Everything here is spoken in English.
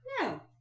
No